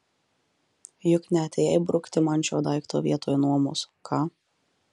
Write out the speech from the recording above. juk neatėjai brukti man šio daikto vietoj nuomos ką